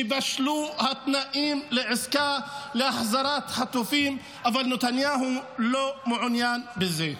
שבשלו התנאים לעסקה להחזרת חטופים אבל נתניהו לא מעוניין בזה.